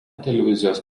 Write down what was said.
televizijos